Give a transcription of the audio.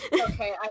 Okay